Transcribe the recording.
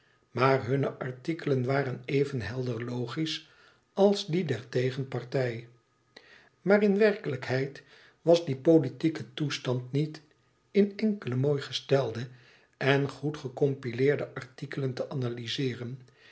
maar hunne artikelen waren even helder logisch als die der tegenpartij maar in werkelijkheid was die politieke toestand niet in enkele mooi gestelde en goed gecompileerde artikelen te analyzeeren